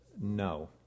no